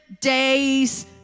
days